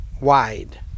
wide